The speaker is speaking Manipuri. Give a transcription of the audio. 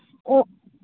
ꯑꯣ